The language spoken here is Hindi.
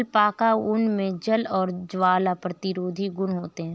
अलपाका ऊन मे जल और ज्वाला प्रतिरोधी गुण होते है